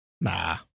nah